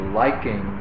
liking